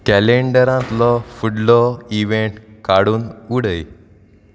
कॅलेंडरांतलो फुडलो इव्हेंट काडून उडय